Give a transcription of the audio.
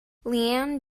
leanne